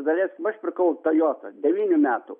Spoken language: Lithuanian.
daleiskim aš pirkau toyotą devynių metų